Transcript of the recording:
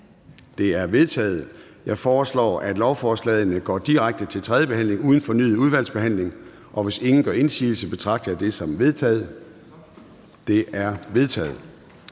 De er vedtaget. Jeg foreslår, at lovforslagene går direkte til tredje behandling uden fornyet udvalgsbehandling, og hvis ingen gør indsigelse, betragter jeg det som vedtaget. Det er vedtaget.